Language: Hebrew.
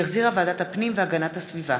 שהחזירה ועדת הפנים והגנת הסביבה.